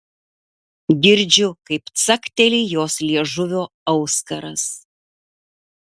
girdžiu kaip cakteli jos liežuvio auskaras